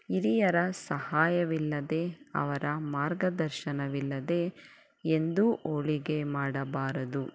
ಹಿರಿಯರ ಸಹಾಯವಿಲ್ಲದೆ ಅವರ ಮಾರ್ಗದರ್ಶನವಿಲ್ಲದೆ ಎಂದೂ ಹೋಳಿಗೆ ಮಾಡಬಾರದು